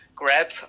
grab